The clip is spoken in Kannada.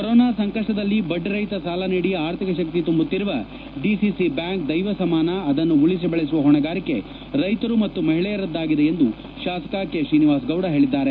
ಕೊರೊನಾ ಸಂಕಷ್ಷದಲ್ಲೂ ಬಡ್ಡಿರಹಿತ ಸಾಲ ನೀಡಿ ಆರ್ಥಿಕ ಶಕ್ತಿ ತುಂಬುತ್ತಿರುವ ಡಿಸಿಸಿ ಬ್ಯಾಂಕ್ ದೈವ ಸಮಾನ ಅದನ್ನು ಉಳಿಸಿ ಬೆಳೆಸುವ ಹೊಣೆಗಾರಿಕೆ ರೈತರು ಮತ್ತು ಮಹಿಳೆಯರದ್ದಾಗಿದೆ ಎಂದು ಶಾಸಕ ಕೈತ್ರೀನಿವಾಸಗೌಡ ಹೇಳಿದ್ದಾರೆ